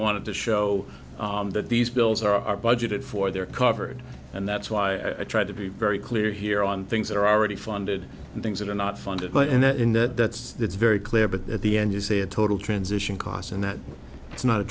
want to show that these bills are budgeted for they're covered and that's why i try to be very clear here on things that are already funded and things that are not funded but and that in that it's very clear but at the end you say a total transition costs and that it's not a